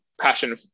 passion